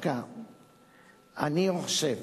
אני חושב